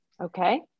Okay